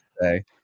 say